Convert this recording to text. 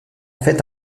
fait